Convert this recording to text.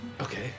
Okay